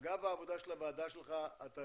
אגב העבודה של הוועדה שלך אתה